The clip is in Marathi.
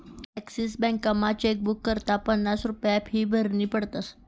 ॲक्सीस बॅकमा चेकबुक करता पन्नास रुप्या फी भरनी पडस